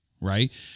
right